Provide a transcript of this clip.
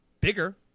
bigger